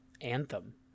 Anthem